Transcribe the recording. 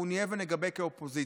אנחנו נהיה ונגבה כאופוזיציה.